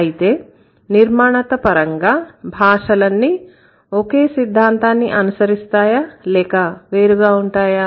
అయితే నిర్మాణత పరంగా భాషలన్నీ ఒకే సిద్ధాంతాన్ని అనుసరిస్తాయా లేక వేరుగా ఉంటాయా